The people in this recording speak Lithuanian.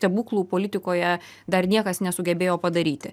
stebuklų politikoje dar niekas nesugebėjo padaryti